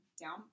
down